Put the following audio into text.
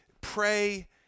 pray